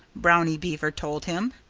brownie beaver told him.